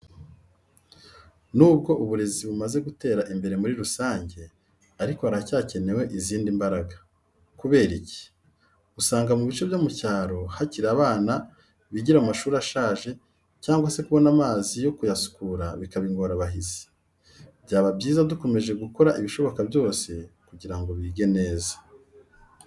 Nubwo uburezi bumaze gutera imbere muri rusange, ariko haracyakenewe izindi mbaraga. Kubera iki? Usanga mu bice byo mu cyaro hakiri abana bigira mu mashuri ashaje cyangwa se kubona amazi yo kuyasukura bikaba ingorabahizi. Byaba byiza dukomeje gukora ibishoboka byose kugira ngo bige neza.